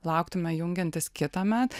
lauktume jungiantis kitąmet